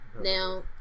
Now